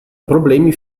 problemi